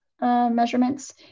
measurements